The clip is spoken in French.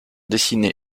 dessinée